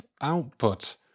output